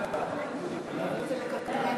ההצעה להעביר את הצעת חוק חובת הדיווח